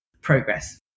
progress